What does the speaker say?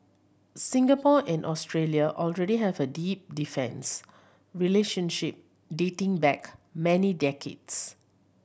Singapore and Australia already have a deep defence relationship dating back many decades